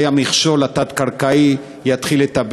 שלי: למה זה לא חל על יתר המקומות, כמו עוטף-עזה